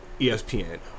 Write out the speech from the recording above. ESPN